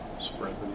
Spread